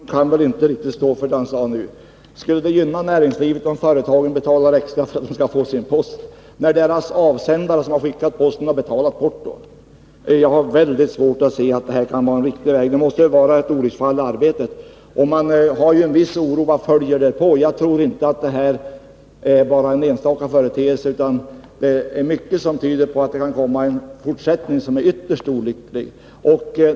Herr talman! Curt Boström kan väl inte riktigt stå för det han nu sade. Skulle det gynna näringslivet att företagen betalar extra för att de skall få sin post, när de som har skickat posten redan har betalat porto? Jag har mycket svårt att inse att detta kan vara en riktig väg att gå. Det måste vara ett olycksfall i arbetet. Man känner en viss oro för vad som kan följa på denna försämring av servicen. Jag tror inte att det bara är en enstaka företeelse, utan mycket tyder på att det kan komma en ytterst olycklig fortsättning.